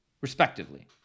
respectively